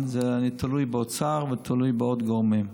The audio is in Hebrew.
אני תלוי באוצר ותלוי בעוד גורמים.